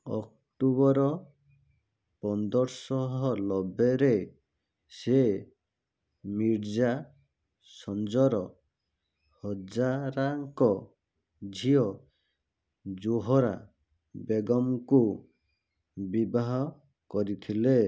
October ପନ୍ଦରଶହ ନବେରେ ସେ ମିର୍ଜା ସଞ୍ଜର ହଜାରାଙ୍କ ଝିଅ ଜୋହରା ବେଗମଙ୍କୁ ବିବାହ କରିଥିଲେ